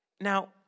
Now